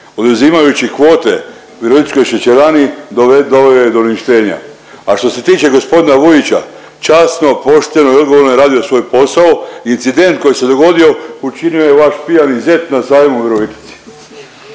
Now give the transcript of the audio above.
oduzimajući kvote Virovitičkoj šećerani doveo ju je do uništenja. A što se tiče g. Vujića, časno, pošteno i odgovorno je radio svoj posao. Incident koji se dogodio učinio je vaš pijani zet na sajmu u Virovitici.